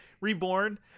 reborn